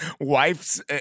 wife's